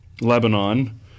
Lebanon